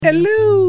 Hello